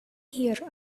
here